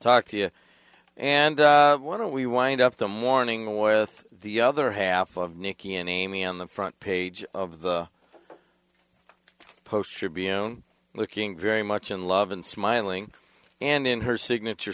talk to you and why don't we wind up them warning with the other half of nikki and amy on the front page of the post should be you know looking very much in love and smiling and in her signature